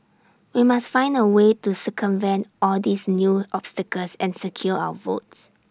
we must find A way to circumvent all these new obstacles and secure our votes